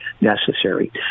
necessary